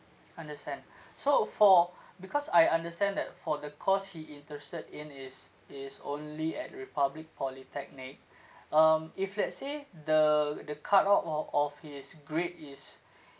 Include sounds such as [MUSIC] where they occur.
understand [BREATH] so for because I understand that for the course he interested in is is only at republic polytechnic [BREATH] um if let's say the the cutoff o~ of his grade is [BREATH]